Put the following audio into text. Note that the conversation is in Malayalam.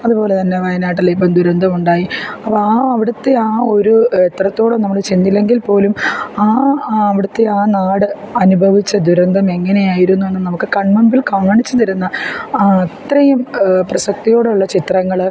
അതുപോലെ തന്നെ വയനാട്ടിൽ ഇപ്പം ദുരന്തമുണ്ടായി അപ്പം ആ അവിടുത്തെ ആ ഒരു എത്രത്തോളം നമ്മൾ ചെന്നില്ലെങ്കിൽ പോലും ആ അവിടുത്തെ ആ നാട് അനുഭവിച്ച ദുരന്തം എങ്ങനെയായിരുന്നുവെന്ന് നമുക്ക് കൺമുൻപിൽ കാണിച്ചു തരുന്ന ആ അത്രയും പ്രസക്തിയോടുള്ള ചിത്രങ്ങൾ